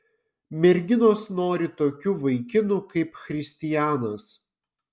merginos nori tokių vaikinų kaip christijanas